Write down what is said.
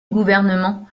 gouvernement